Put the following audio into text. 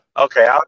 Okay